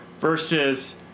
versus